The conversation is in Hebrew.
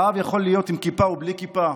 הרעב יכול להיות עם כיפה ובלי כיפה,